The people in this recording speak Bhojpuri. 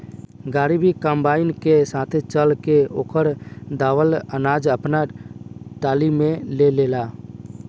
गाड़ी भी कंबाइन के साथे चल के ओकर दावल अनाज आपना टाली में ले लेला